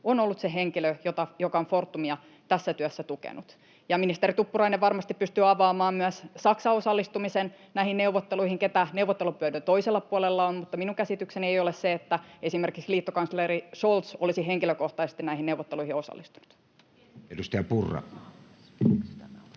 on ollut se henkilö, joka on Fortumia tässä työssä tukenut. Ministeri Tuppurainen varmasti pystyy avaamaan myös Saksan osallistumisen näihin neuvotteluihin, ketä neuvottelupöydän toisella puolella on ollut, mutta minun käsitykseni ei ole se, että esimerkiksi liittokansleri Scholz olisi henkilökohtaisesti näihin neuvotteluihin osallistunut. [Speech 70]